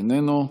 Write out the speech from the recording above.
איננו.